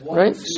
right